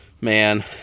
man